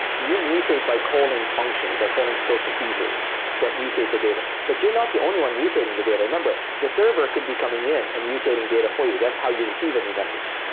you mutate by calling functions, by calling store procedures that mutate the data, but you're not the only one mutating the data. remember, the server could be coming in and mutating data for you. that's how you receive a new message.